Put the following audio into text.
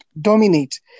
dominate